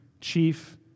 chief